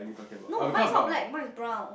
no mine is not black mine is brown